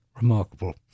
Remarkable